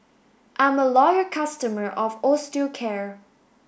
I'm a loyal customer of Osteocare